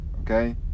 okay